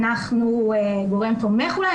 אנחנו גורם תומך אולי.